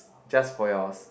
just for yourself